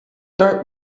don’t